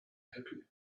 happy